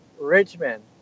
richmond